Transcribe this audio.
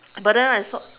but then I saw